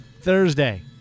Thursday